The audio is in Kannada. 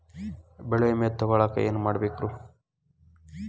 ಬೆಳೆ ವಿಮೆ ತಗೊಳಾಕ ಏನ್ ಮಾಡಬೇಕ್ರೇ?